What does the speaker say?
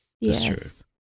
Yes